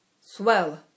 Swell